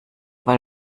weil